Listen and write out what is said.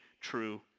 true